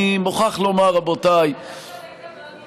עד עכשיו היית מאוד ענייני, מאוד ענייני, כהרגלך.